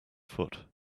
foot